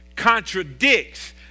Contradicts